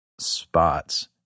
spots